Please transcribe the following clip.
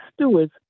stewards